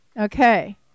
Okay